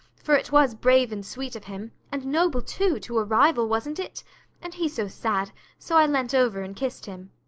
for it was brave and sweet of him, and noble, too, to a rival wasn't it and he so sad so i leant over and kissed him.